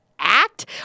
Act